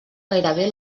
gairebé